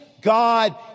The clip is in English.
God